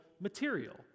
material